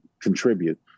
contribute